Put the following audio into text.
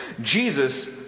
Jesus